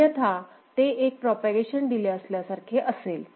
अन्यथा ते एक प्रोपागेशन डिले असल्यासारखे असेल